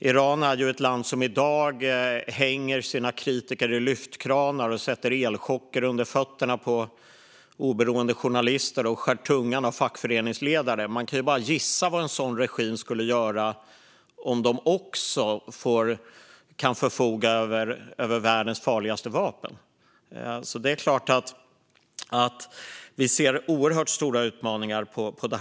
Iran är ett land som i dag hänger sina kritiker i lyftkranar, sätter elchocker under fötterna på oberoende journalister och skär tungan av fackföreningsledare. Man kan bara gissa vad en sådan regim skulle göra om de också kunde förfoga över världens farligaste vapen. Det är klart att vi ser oerhört stora utmaningar på området.